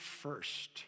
first